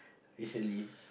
recently